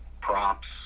props